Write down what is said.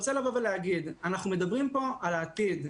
אנחנו מדברים פה על העתיד.